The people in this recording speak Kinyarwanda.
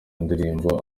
indirimbo